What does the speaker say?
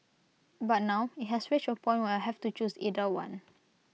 but now IT has reached A point where I have to choose either one